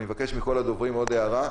אני מבקש עוד דבר מכל הדוברים: אנא,